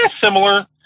similar